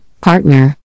partner